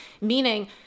meaning